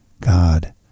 God